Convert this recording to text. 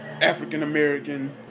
African-American